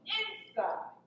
inside